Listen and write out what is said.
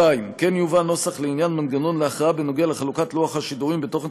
2. יובא נוסח לעניין מנגנון להכרעה בנוגע לחלוקת לוח השידורים בין תוכן